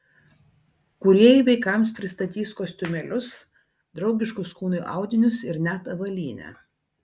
kūrėjai vaikams pristatys kostiumėlius draugiškus kūnui audinius ir net avalynę